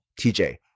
TJ